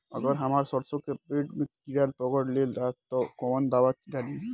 अगर हमार सरसो के पेड़ में किड़ा पकड़ ले ता तऽ कवन दावा डालि?